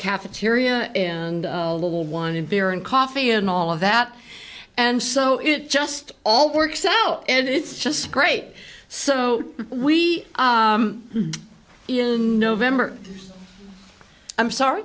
cafeteria and a little wine and beer and coffee and all of that and so it just all works out and it's just great so we in november i'm sorry